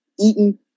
eaten